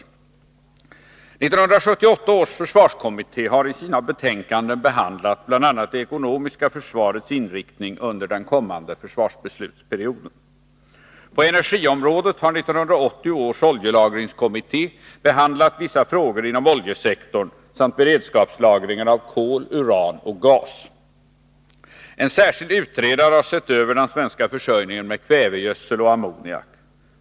1978 års försvarskommitté har i sina betänkanden behandlat bl.a. det ekonomiska försvarets inriktning under den kommande försvarsbeslutsperioden. På energiområdet har 1980 års oljelagringskommitté behandlat vissa frågor inom oljesektorn samt beredskapslagringen av kol, uran och gas. En särskild utredare har sett över den svenska försörjningen med kvävegödsel och ammoniak.